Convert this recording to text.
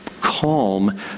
calm